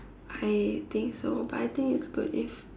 I think so but I think is good if